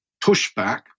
pushback